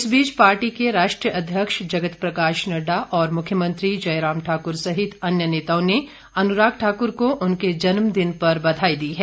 इस बीच पार्टी के राष्ट्रीय अध्यक्ष जगत प्रकाश नड्डा और मुख्यमंत्री जयराम ठाकुर सहित अन्य नेताओं ने अनुराग ठाकुर को उनके जन्मदिन पर बधाई दी है